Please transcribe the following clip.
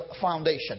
foundation